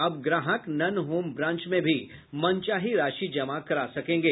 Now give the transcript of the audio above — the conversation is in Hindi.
अब ग्राहक नन होम ब्रांच में भी मनचाही राशि जमा करा सकेंगे